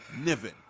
Niven